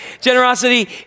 Generosity